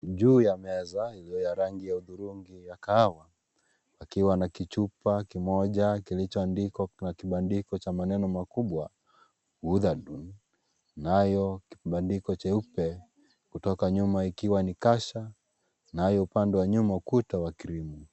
Juu ya meza iliyo ya rangi ya hudhurungi ya kahawa pakiwa na kichupa kimoja kilicho andikwa bak bandika cha maneno makubwa nayo kibandiko jeupe kutoka nyuma ikiwa ni kasha nayo upande wa nyuma kuta wa krimu.